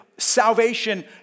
salvation